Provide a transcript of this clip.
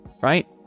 Right